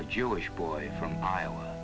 a jewish boy from iowa